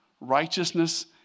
righteousness